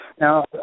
now